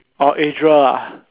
orh Adriel ah